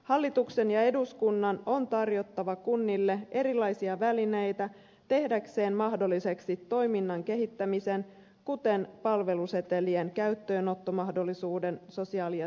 hallituksen ja eduskunnan on tarjottava kunnille erilaisia välineitä tehdäkseen mahdolliseksi toiminnan kehittämisen kuten palvelusetelien käyttöönottomahdollisuuden sosiaali ja terveydenhuollossa